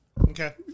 Okay